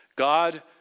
God